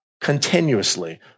continuously